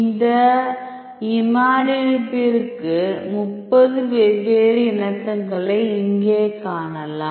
இந்த இமாடினிபிற்கு 30 வெவ்வேறு இணக்கங்களை இங்கே காணலாம்